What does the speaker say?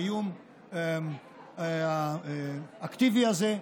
האיום האקטיבי הזה,